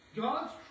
God's